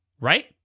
right